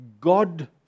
God